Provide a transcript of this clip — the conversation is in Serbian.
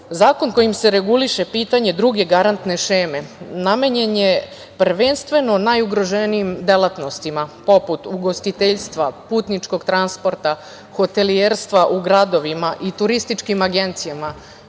koji reguliše pitanje druge garantne šeme namenjen je prvenstveno najugroženijim delatnostima, poput ugostiteljstva, putničkog transporta, hotelijerstva u gradovima i turističkim agencijama,